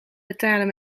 betalen